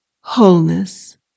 wholeness